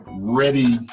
ready